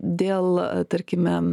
dėl tarkime